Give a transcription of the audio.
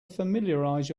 familiarize